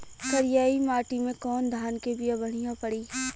करियाई माटी मे कवन धान के बिया बढ़ियां पड़ी?